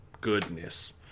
goodness